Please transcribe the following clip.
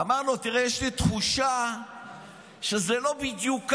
אמר לו: תראה, יש לי תחושה שזה לא בדיוק ככה.